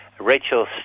Rachel